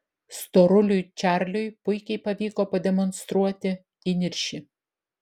storuliui čarliui puikiai pavyko pademonstruoti įniršį